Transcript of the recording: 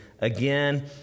again